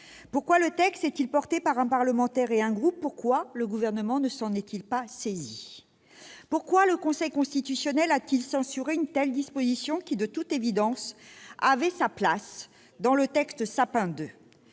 Pourquoi est-il porté par un parlementaire et un groupe ? Pourquoi le Gouvernement ne s'en est-il pas saisi ? Pourquoi le Conseil Constitutionnel a-t-il censuré une telle disposition qui, de toute évidence, avait sa place dans la loi Sapin II ?